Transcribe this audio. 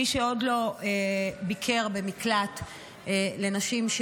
מי שעוד לא ביקר במקלט לנשים,